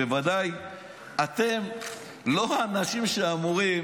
בוודאי אתם לא אנשים שאמורים